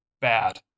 bad